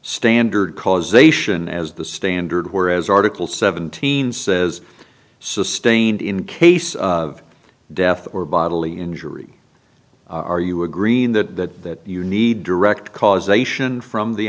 standard causation as the standard whereas article seventeen says sustained in case of death or bodily injury are you agreeing that you need direct causation from the